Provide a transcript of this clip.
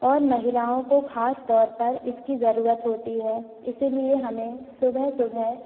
और महिलाओं को खास तौर पर इसकी ज़रूरत होती है इसीलिए हमें सुबह सुबह